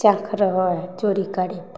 चोरी करे